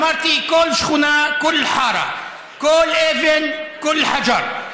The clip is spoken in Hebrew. אמרתי: כל שכונה, כול חארה, כל אבן, כול חג'אר,